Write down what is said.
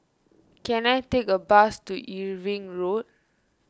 can I take a bus to Irving Road